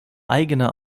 eigener